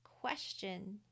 question